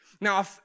Now